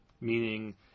Meaning